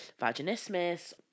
Vaginismus